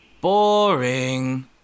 Boring